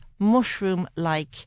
mushroom-like